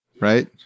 right